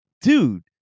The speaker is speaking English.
dude